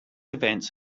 events